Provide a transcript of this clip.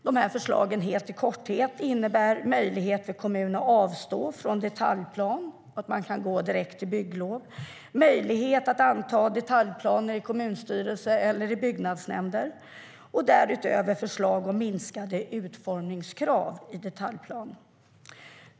Våra förslag innebär i korthet en möjlighet för kommuner att avstå från detaljplan, så att man direkt kan bevilja bygglov, en möjlighet att anta detaljplaner i kommunstyrelsen eller i byggnadsnämnden. Därutöver har vi föreslagit minskade utformningskrav i detaljplanen.